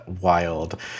wild